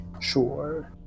sure